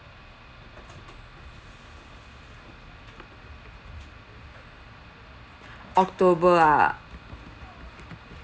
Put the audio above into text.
october ah